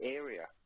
area